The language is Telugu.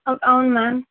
అవును మ్యామ్